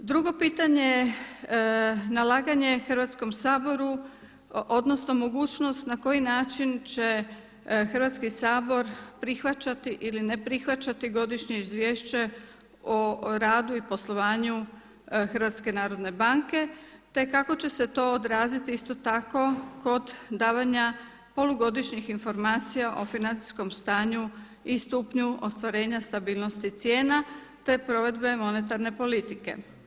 Drugo pitanje je nalaganje Hrvatskom saboru, odnosno mogućnost na koji način će Hrvatski sabor prihvaćati ili ne prihvaćati godišnje izvješće o radu i poslovanju HNB-a, te kako će se to odraziti isto tako kod davanja polugodišnjih informacija o financijskom stanju i stupnju ostvarenja stabilnosti cijena, te provedbe monetarne politike.